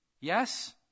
Yes